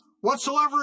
whatsoever